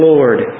Lord